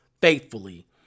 faithfully